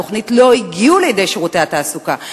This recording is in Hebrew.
תוכנית לא הגיעו לידי שירותי התעסוקה.